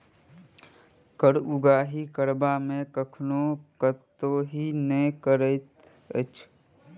कर उगाही करबा मे कखनो कोताही नै करैत अछि